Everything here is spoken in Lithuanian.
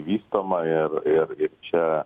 vystoma ir ir ir čia